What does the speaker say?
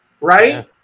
right